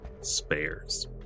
spares